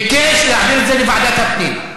ביקש להעביר את זה לוועדת הפנים.